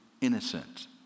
innocent